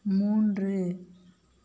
மூன்று